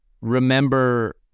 remember